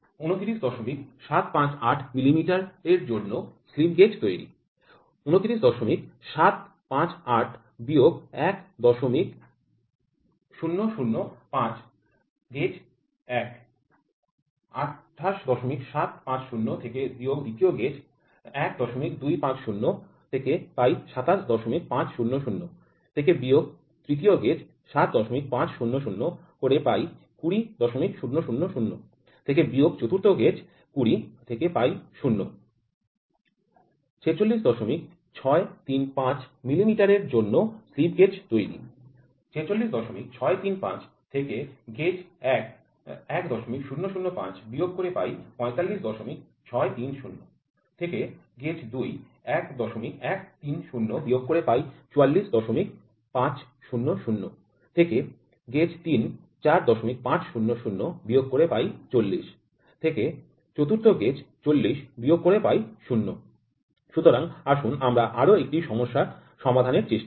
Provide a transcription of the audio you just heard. ২৯৭৫৮ মিমি এর জন্য স্লিপ গেজ তৈরি ২৯৭৫৮ ১০০৫ G১ ২৮৭৫০ ১২৫০ G২ ২৭৫০০ ৭৫০০ G৩ ২০০০০ ২০০০০ G৪ ০০০০০ ৪৬৬৩৫ মিমি এর জন্য স্লিপ গেজ তৈরি ৪৬৬৩৫ ১০০৫ G১ ৪৫৬৩০ ১১৩০ G২ ৪৪৫০০ ৪৫০০ G৩ ৪০০০০ ৪০০০০ G৪ ০০০০০ সুতরাং আসুন আমরা আরও একটি সমস্যা সমাধানের চেষ্টা করি